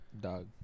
Dog